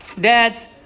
dads